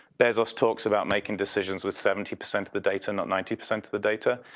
best of talks about making decisions with seventy percent of the data not ninety percent of the data.